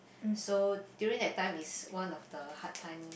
so during that time is one of the hard time